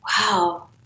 Wow